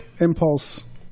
Impulse